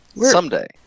Someday